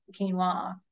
quinoa